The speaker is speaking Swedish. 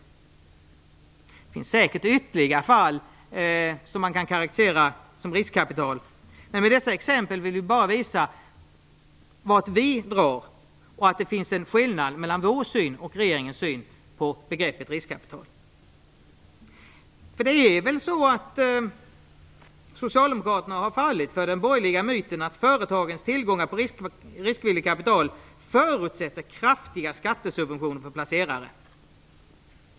Det finns säkert ytterligare fall där kapital kan karakteriseras som riskkapital, men med dessa exempel vill vi bara visa vart vi drar och att det finns en skillnad mellan vår syn och regeringens syn på begreppet riskkapital. Socialdemokraterna har tydligen fallit för den borgerliga myten att företagens tillgångar på riskvilligt kapital förutsätter kraftiga skattesubventioner för placerare.